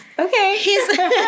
Okay